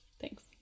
Thanks